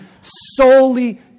solely